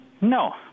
No